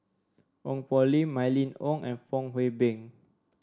Ong Poh Lim Mylene Ong and Fong Hoe Beng